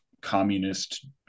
communist